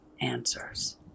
answers